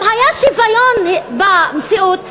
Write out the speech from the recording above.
אם היה שוויון במציאות,